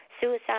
suicide